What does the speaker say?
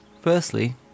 Firstly